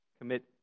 commit